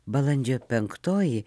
balandžio penktoji